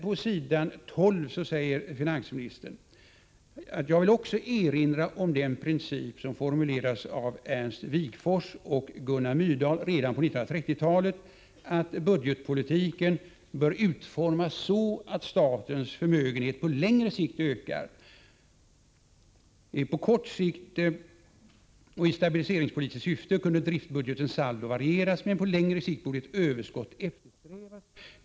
På s. 12 säger finansministern: ”Jag vill också erinra om den princip, som formulerades av Ernst Wigforss och Gunnar Myrdal redan på 1930-talet, att budgetpolitiken bör utformas så att statens förmögenhet på längre sikt ökar. På kort sikt och i stabiliseringspolitiskt syfte kunde driftbudgetens saldo varieras, men på längre sikt borde ett överskott eftersträvas.